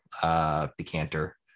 decanter